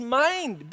mind